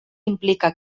implica